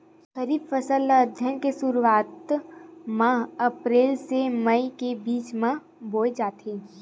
खरीफ फसल ला अघ्घन के शुरुआत में, अप्रेल से मई के बिच में बोए जाथे